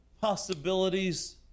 possibilities